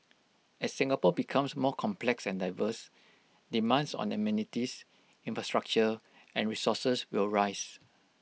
as Singapore becomes more complex and diverse demands on amenities infrastructure and resources will rise